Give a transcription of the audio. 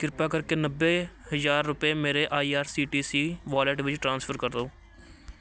ਕਿਰਪਾ ਕਰਕੇ ਨੱਬੇ ਹਜ਼ਾਰ ਰੁਪਏ ਮੇਰੇ I R C T C wallet ਵਿੱਚ ਟ੍ਰਾਂਸਫਰ ਕਰ ਦਿਓ